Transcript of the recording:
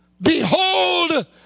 Behold